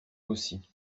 aussi